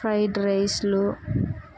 fried రైస్లు